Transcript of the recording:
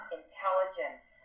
intelligence